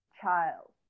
child